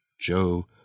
Joe